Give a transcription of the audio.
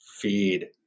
feed